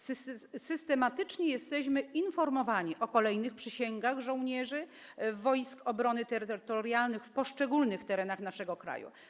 Systematycznie jesteśmy informowani o kolejnych przysięgach żołnierzy Wojsk Obrony Terytorialnej na poszczególnych terenach naszego kraju.